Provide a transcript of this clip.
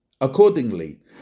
Accordingly